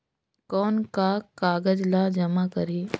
कौन का कागज ला जमा करी?